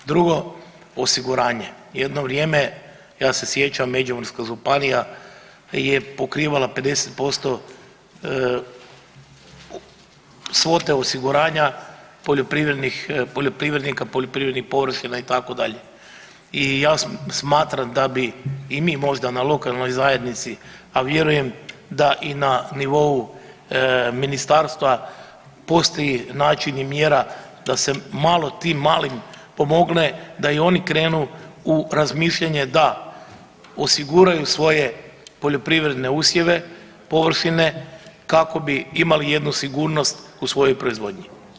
Drugo, osiguranje, jedno vrijeme ja se sjećam Međimurska županija je pokrivala 50% svote osiguranja poljoprivrednih, poljoprivrednika, poljoprivrednih površina itd. i ja smatram da bi i mi možda na lokalnoj zajednici, a vjerujem da i na nivou ministarstva postoji način i mjera da se malo tim malim pomogne da i oni krenu u razmišljanje da osiguraju svoje poljoprivredne usjeve, površine kako bi imali jednu sigurnost u svojoj proizvodnji.